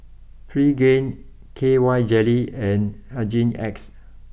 Pregain K Y Jelly and Hygin X